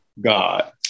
God